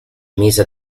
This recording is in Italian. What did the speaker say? mise